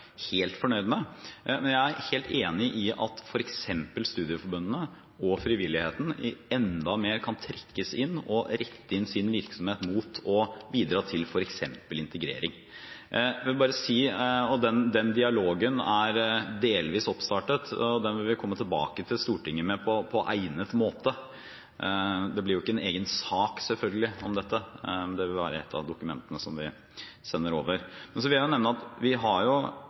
helt fornøyd med. Jeg er helt enig i at f.eks. studieforbundene og frivilligheten kan trekkes inn enda mer og rette sin virksomhet inn mot å bidra til f.eks. integrering. Den dialogen er delvis startet opp, og vi vil komme tilbake til Stortinget med det på egnet måte. Det blir selvfølgelig ikke en egen sak om dette, det vil være et av dokumentene som vi sender over. Så vil jeg nevne at vi i denne perioden har